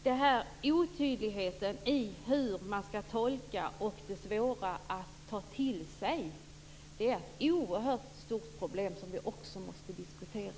Denna otydlighet omkring hur det här skall tolkas, och detta att det är så svårt att ta det till sig, är ett oerhört stort problem som vi också måste diskutera.